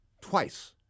twice